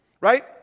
right